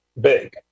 big